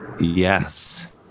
Yes